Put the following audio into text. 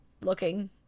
looking